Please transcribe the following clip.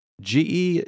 GE